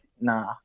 nah